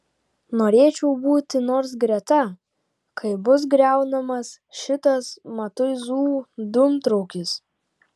norėčiau būti nors greta kai bus griaunamas šitas matuizų dūmtraukis